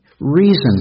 Reason